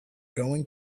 going